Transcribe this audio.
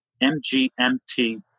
M-G-M-T